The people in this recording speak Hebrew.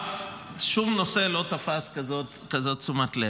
שום נושא לא תפס כזאת תשומת לב.